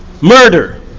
murder